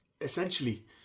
essentially